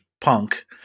punk